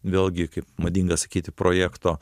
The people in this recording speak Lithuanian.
vėlgi kaip madinga sakyti projekto